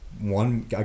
One